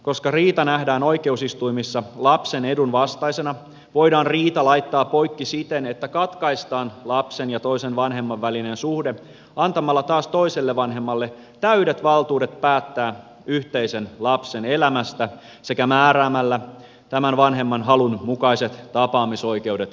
koska riita nähdään oikeusistuimissa lapsen edun vastaisena voidaan riita laittaa poikki siten että katkaistaan lapsen ja toisen vanhemman välinen suhde antamalla taas toiselle vanhemmalle täydet valtuudet päättää yhteisen lapsen elämästä sekä määräämällä tämän vanhemman halun mukaiset tapaamisoikeudet lapselle